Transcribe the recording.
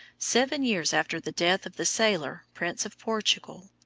seven years after the death of the sailor prince of portugal.